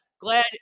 Glad